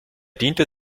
diente